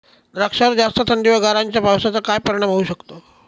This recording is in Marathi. द्राक्षावर जास्त थंडी व गारांच्या पावसाचा काय परिणाम होऊ शकतो?